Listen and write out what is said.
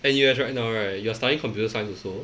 N_U_S right now right you are studying computer science also